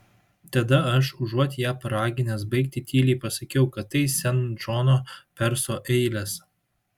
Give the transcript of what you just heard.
tada aš užuot ją paraginęs baigti tyliai pasakiau kad tai sen džono perso eilės